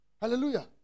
Hallelujah